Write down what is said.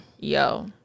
Yo